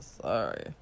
sorry